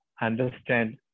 understand